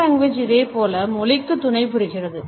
Paralanguage இதேபோல் மொழிக்கு துணைபுரிகிறது